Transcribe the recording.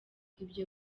ibyo